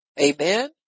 amen